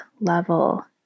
level